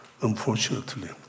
unfortunately